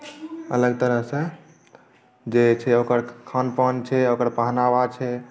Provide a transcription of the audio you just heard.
अलग तरहसँ जे होइत छै ओकर खान पान छै ओकर पहनावा छै